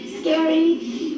scary